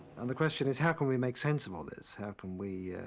and the question is, how can we make sense of all this? how can we,